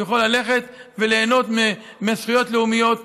הוא יכול ללכת וליהנות מזכויות לאומיות.